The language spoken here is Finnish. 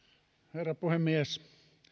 herra puhemies